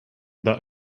that